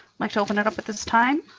like to open it up at this time.